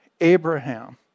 Abraham